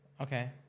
Okay